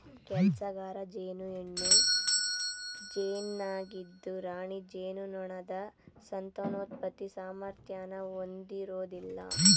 ಕೆಲ್ಸಗಾರ ಜೇನು ಹೆಣ್ಣು ಜೇನಾಗಿದ್ದು ರಾಣಿ ಜೇನುನೊಣದ ಸಂತಾನೋತ್ಪತ್ತಿ ಸಾಮರ್ಥ್ಯನ ಹೊಂದಿರೋದಿಲ್ಲ